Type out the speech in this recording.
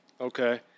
Okay